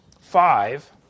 five